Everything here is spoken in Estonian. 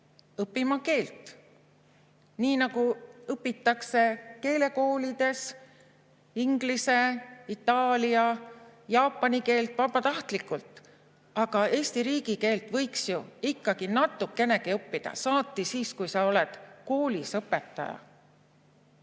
õppima keelt, nii nagu õpitakse keeltekoolides inglise, itaalia, jaapani keelt vabatahtlikult. Aga Eesti riigikeelt võiks ju ikkagi natukenegi õppida, saati siis, kui sa oled koolis õpetaja.